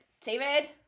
David